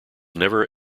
never